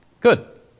good